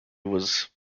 was